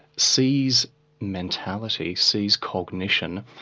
sees mentality, sees cognition,